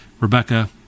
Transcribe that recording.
Rebecca